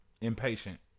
impatient